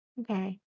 Okay